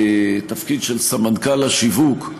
התפקיד של סמנכ"ל השיווק,